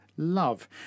Love